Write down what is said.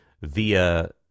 via